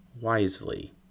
wisely